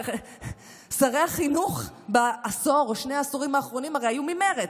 שרי החינוך בשני העשורים האחרונים הרי היו ממרצ,